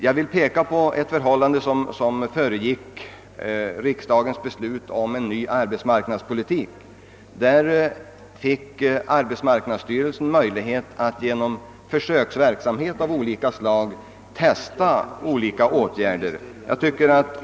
Jag vill peka på vad som föregick riksdagens beslut om en ny arbetsmarknadspolitik. Då fick arbetsmarknadsstyrelsen möjligheter att med försöksverksamhet av olika slag testa alternativa åtgärder.